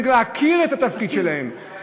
צריך להכיר את התפקיד שלהם,